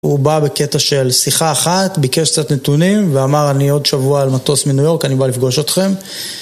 הוא בא בקטע של שיחה אחת, ביקש קצת נתונים ואמר אני עוד שבוע על מטוס מניו יורק, אני בא לפגוש אתכם